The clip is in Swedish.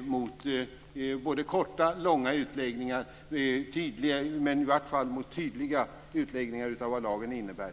mot tydliga utläggningar av vad lagen innebär, oavsett om de är korta eller långa.